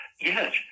Yes